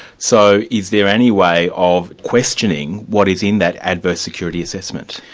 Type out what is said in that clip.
so is there any way of questioning what is in that adverse security assessment?